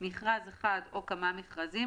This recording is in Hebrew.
מכרז אחד או כמה מכרזים,